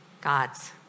God's